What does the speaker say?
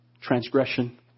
transgression